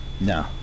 No